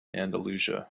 andalusia